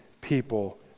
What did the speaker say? people